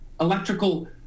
electrical